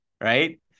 right